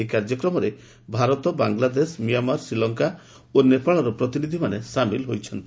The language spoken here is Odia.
ଏହି କାର୍ଯ୍ୟକ୍ରମରେ ଭାରତ ବାଂଲାଦେଶ ମିଆଁମାର ଶ୍ରୀଲଙ୍କା ଓ ନେପାଳର ପ୍ରତିନିଧିମାନେ ସାମିଲ ହୋଇଛନ୍ତି